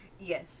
Yes